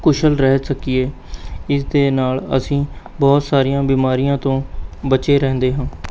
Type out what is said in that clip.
ਕੁਸ਼ਲ ਰਹਿ ਸਕੀਏ ਇਸ ਦੇ ਨਾਲ ਅਸੀਂ ਬਹੁਤ ਸਾਰੀਆਂ ਬੀਮਾਰੀਆਂ ਤੋਂ ਬਚੇ ਰਹਿੰਦੇ ਹਾਂ